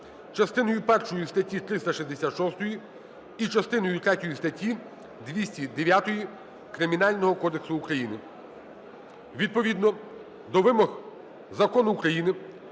частиною першою статті 366 і частиною третьою статті 209 Кримінального кодексу України. Відповідно до вимог Закону України